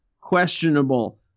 questionable